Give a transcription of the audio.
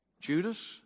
Judas